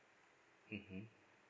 mmhmm